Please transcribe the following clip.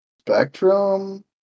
Spectrum